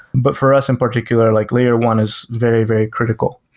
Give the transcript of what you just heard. but for us in particular, like layer one is very, very critical.